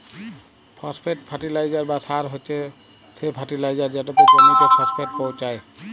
phosphate fertiliser বা সার হছে সে ফার্টিলাইজার যেটতে জমিতে ফসফেট পোঁছায়